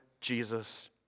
Jesus